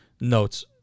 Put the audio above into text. notes